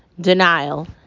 denial